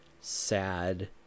sad